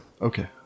Okay